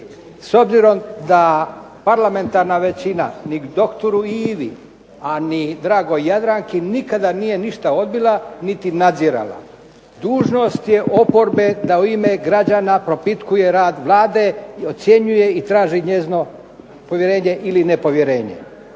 S obzirom da parlamentarna većina ni dr. Ivi, a ni dragoj Jadranki nikada nije ništa odbila, niti nadzirala, dužnost je oporbe da u ime građana propitkuje rad Vlade i ocjenjuje i traži njezino povjerenje ili nepovjerenje.